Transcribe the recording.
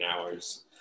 hours